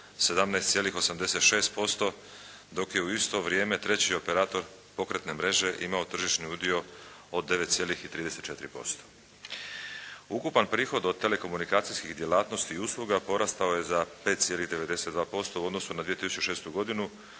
17,86% dok je u isto vrijeme treći operator pokretne mreže imao tržišni udio od 9,34%. Ukupan prihod od telekomunikacijskih djelatnosti i usluga porastao je za 5,92% u odnosu na 2006. godinu